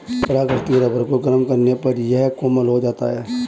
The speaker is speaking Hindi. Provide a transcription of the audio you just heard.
प्राकृतिक रबर को गरम करने पर यह कोमल हो जाता है